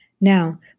Now